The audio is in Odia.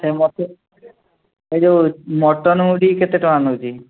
ସେ ମୋତେ ଏଇ ଯେଉଁ ମଟନ ମୁଢ଼ି କେତେ ଟଙ୍କା ନେଉଛି